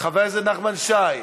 חבר הכנסת נחמן שי,